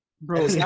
Bro